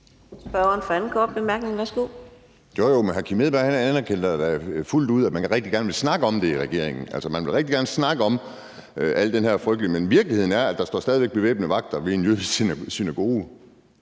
Edberg Andersen (DD): Jo, jo, men hr. Kim Edberg Andersen anerkender fuldt ud, at man rigtig gerne vil snakke om det i regeringen. Altså, man vil rigtig gerne snakke om al det her frygtelige, men virkeligheden er, at der stadig væk står bevæbnede vagter ved en jødisk synagoge,